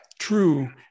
True